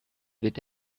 with